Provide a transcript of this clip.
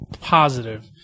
positive